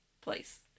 place